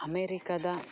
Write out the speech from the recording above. ಅಮೇರಿಕದ